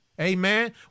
amen